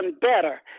better